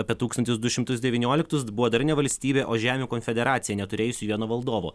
apie tūkstantis du šimtus devynioliktus buvo dar ne valstybė o žemių konfederacija neturėjusi vieno valdovo